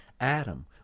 Adam